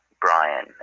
Brian